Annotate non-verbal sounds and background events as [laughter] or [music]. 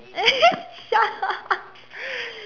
[laughs] shut up